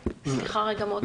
סליחה רגע מוטי.